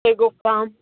یہِ گوٚو کم